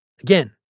Again